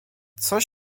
coś